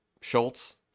Schultz